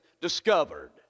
discovered